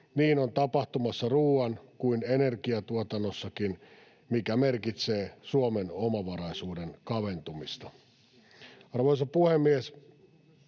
Niin on tapahtumassa niin ruoan- kuin energiantuotannossakin, mikä merkitsee Suomen omavaraisuuden kaventumista. Arvoisa puhemies!